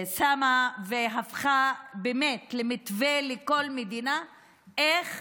שמה והפכה למתווה של כל מדינה איך